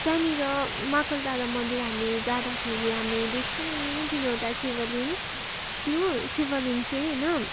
त्यहाँनिर महाकाल डाँडा मन्दिर हामी जाँदाखेरि हामी देख्छौँ नि तिनवटा शिवलिङ्ग त्यो शिवालिङ्ग चाहिँ होइन